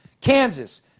Kansas